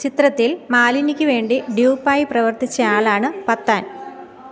ചിത്രത്തിൽ മാലിനിക്ക് വേണ്ടി ഡ്യൂപ്പ് ആയി പ്രവർത്തിച്ച ആളാണ് പത്താൻ